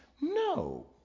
No